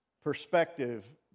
perspective